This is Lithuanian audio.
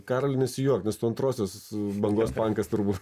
karoli nesijuok nes tu antrosios bangos pankas turbūt